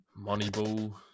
Moneyball